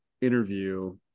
interview